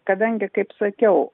kadangi kaip sakiau